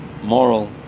Moral